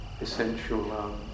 essential